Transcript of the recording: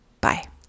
Bye